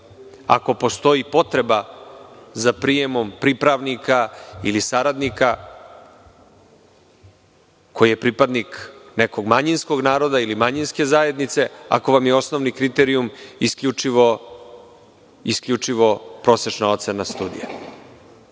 ako postoji potreba za prijemom pripravnika ili saradnika koji je pripadnik nekog manjinskog naroda ili manjinske zajednice, ako vam je osnovni kriterijum isključivo prosečna ocena studija? Dakle,